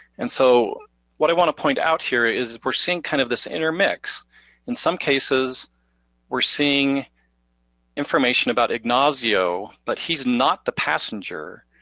and so what i wanna point out here is is we're seeing kind of this intermix and some cases we're seeing information about ignacio, but he's not the passenger.